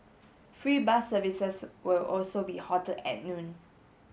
free bus services will also be halted at noon